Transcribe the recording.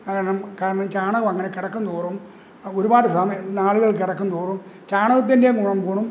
കാരണം കാരണം ചാണകമങ്ങനെ കിടക്കുന്തോറും ഒരുപാട് സമയ നാളുകൾ കിടക്കുന്തോറും ചാണകത്തിന്റെയും ഗുണം കൂണും